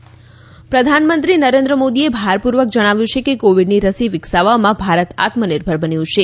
પ્રધાનમંત્રી રસી પ્રધાનમંત્રી નરેન્દ્ર મોદીએ ભારપુર્વક જણાવ્યું છે કે કોવીડની રસી વિકસાવવામાં ભારત આત્મનિર્ભર બન્યું છે